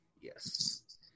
yes